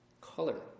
Color